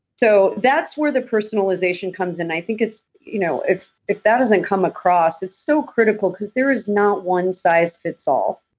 so that's where the personalization comes, and i think it's, you know if if that doesn't come across, it's so critical because there is not one size fits all.